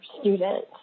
student